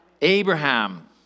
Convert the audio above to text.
Abraham